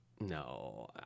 No